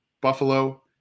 Buffalo